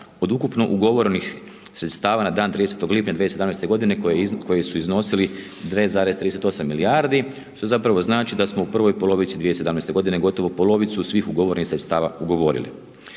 od ukupno ugovorenih sredstava na dan 30. lipnja 2017. g. koje su iznosili …/Govornik se ne razumije./… milijardi, što zapravo znači da smo u prvoj polovici 2017. g. gotovo polovicu svih ugovorenih sredstava ugovorili.